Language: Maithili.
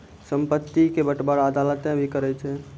संपत्ति के बंटबारा अदालतें भी करै छै